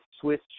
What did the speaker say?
Swiss